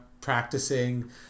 practicing